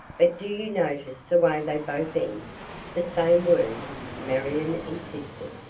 but do you notice the way they both end the same words, marion insisted.